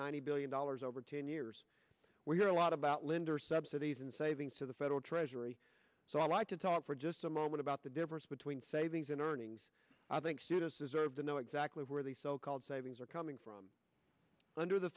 ninety billion dollars over ten years where you know a lot about linder subsidies and savings to the federal treasury so i'd like to talk for just a moment about the difference between savings and earnings i think students deserve to know exactly where the so called savings are coming from under the